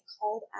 called